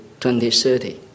2030